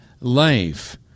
life